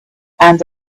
and